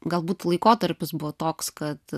galbūt laikotarpis buvo toks kad